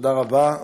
תודה רבה לכולכם.